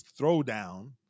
throwdown